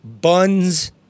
buns